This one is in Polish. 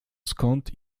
skąd